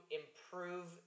improve